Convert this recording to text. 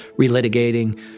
relitigating